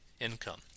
income